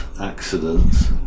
accidents